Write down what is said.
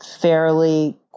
fairly